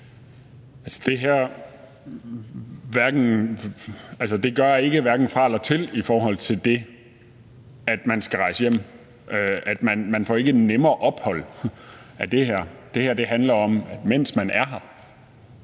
Det her gør hverken fra eller til i forhold til det, at man skal rejse hjem. Man får ikke nemmere ophold af det her. Det her handler om, at det, mens man er her,